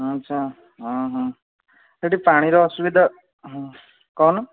ଆଛା ହଁ ହଁ ସେଠି ପାଣିର ଅସୁବିଧା ହଁ କଣ